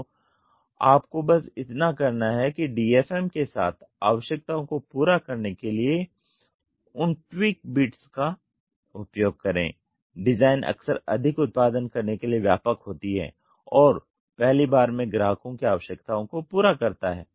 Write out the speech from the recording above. तो आपको बस इतना करना है कि DFM के साथ आवश्यकताओं को पूरा करने के लिए उन ट्वीक बिट्स का उपयोग करें डिजाइन अक्सर अधिक उत्पादन करने के लिए व्यापक होती है और पहली बार में ग्राहकों की आवश्यकताओं को पूरा करता है